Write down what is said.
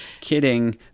Kidding